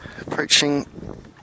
Approaching